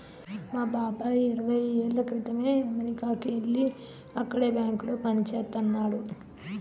మా బాబాయి ఇరవై ఏళ్ళ క్రితమే అమెరికాకి యెల్లి అక్కడే బ్యాంకులో పనిజేత్తన్నాడు